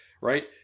right